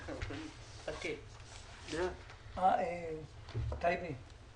תודה רבה, אדוני היושב-ראש.